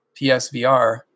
PSVR